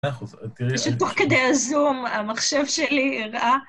פשוט תוך כדי הזום המחשב שלי הראה.